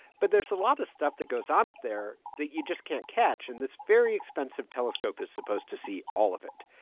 but there's a lot of stuff that goes on up there that you just can't catch. and this very expensive telescope is supposed to see all of it.